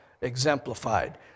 exemplified